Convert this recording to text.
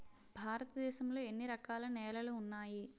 భారతదేశం లో ఎన్ని రకాల నేలలు ఉన్నాయి?